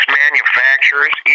manufacturers